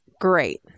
great